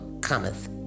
cometh